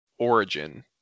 origin